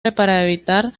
evitar